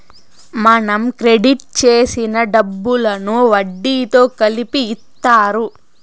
మనం క్రెడిట్ చేసిన డబ్బులను వడ్డీతో కలిపి ఇత్తారు